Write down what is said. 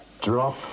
drop